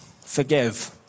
forgive